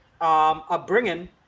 upbringing